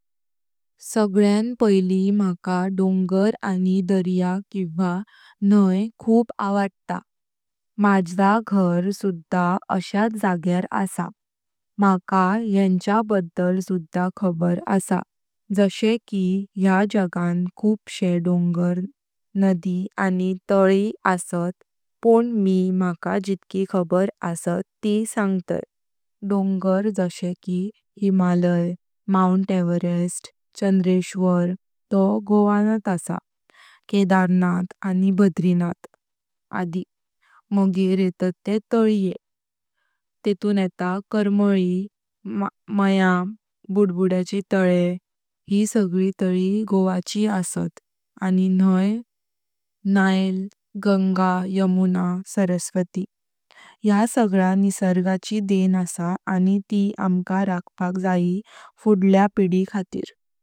सगळ्यान पायली मका डोंगर आनी दर्या किव्हा न्हाई खूप आवडता मजा घर सुधा अश्यात जागयार असा। मका येन्च्या बद्दल सुधा खबर असा जशे की या जगान खूप शे डोंगर नदी आनी ताळी असात पुन मी मका जितकी खबर असा ती सांगताय डोंगर - हिमालय, माउंट एव्हरेस्ट, चंदेश्वर तो गोवनात असा, केदारनाथ, आनी बद्रिनाथ, ताळये - करमळी, मया, बुदबुद्याचे ताळे यी सगळी ताळी गोवाची असात आनी न्हाई- नाईल, गंगा, यमुना, सरस्वती। या सगळा निसर्गाची देण असा आनी ती आमका राखपाक जाये फुडल्या पीडी खातीर।